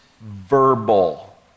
verbal